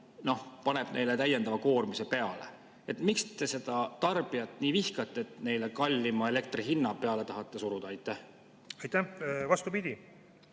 tarbijaile täiendava koormuse peale. Miks te tarbijat nii vihkate, et neile kallima elektri hinna peale tahate suruda? Aitäh! Vastupidi,